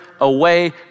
away